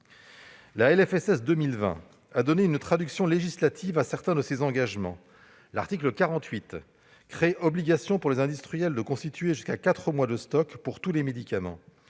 pour 2020 a donné une traduction législative à certains de ces engagements. L'article 48 de ce texte crée ainsi obligation pour les industriels de constituer jusqu'à quatre mois de stocks pour tous les médicaments.